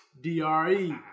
D-R-E